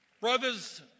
Brothers